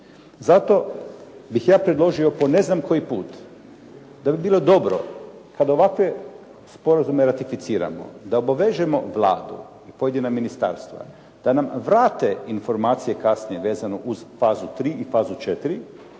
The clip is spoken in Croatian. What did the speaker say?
Zato bih ja predložio po ne znam koji put, da bi bilo dobro kada ovakve sporazume ratificiramo da obvežemo Vladu i pojedina ministarstva da nam vrate informacije kasnije vezano uz fazu 3 i fazu 4.